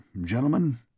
gentlemen